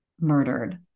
murdered